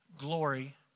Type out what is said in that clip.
glory